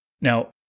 Now